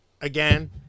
again